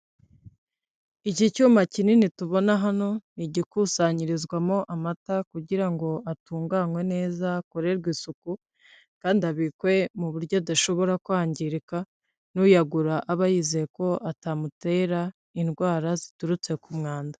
Iki cyuma kinini tubona hano ni igikusanyirizwamo amata kugira ngo atunganwe neza akorerwe isuku, kandi abikwe mu buryo adashobora kwangirika, n'uyagura aba yizeye ko atamutera indwara ziturutse ku mwanda.